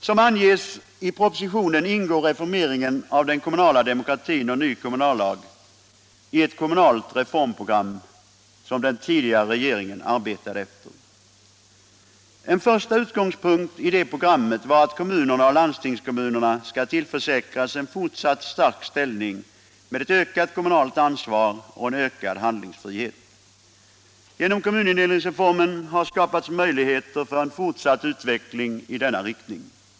Som anges i propositionen ingår reformeringen av den kommunala demokratin och ny kommunallag i ett kommunalt reformprogram, som den tidigare regeringen arbetade efter. En första utgångspunkt i det programmet var att kommunerna och landstingskommunerna skall tillförsäkras en fortsatt stark ställning med ett ökat kommunalt ansvar och en ökad handlingsfrihet. Genom kommunindelningsreformen har möjligheter skapats för en fortsatt utveckling i denna riktning.